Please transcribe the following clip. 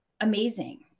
amazing